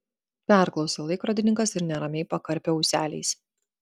perklausė laikrodininkas ir neramiai pakarpė ūseliais